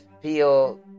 feel